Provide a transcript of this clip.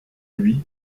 lui